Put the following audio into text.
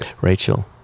Rachel